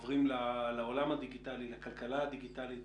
ככל שאנחנו עוברים לעולם הדיגיטלי ולכלכלה הדיגיטלית